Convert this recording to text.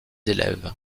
élèves